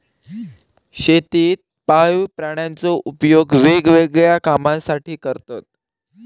शेतीत पाळीव प्राण्यांचो उपयोग वेगवेगळ्या कामांसाठी करतत